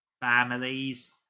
families